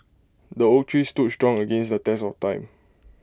the oak tree stood strong against the test of time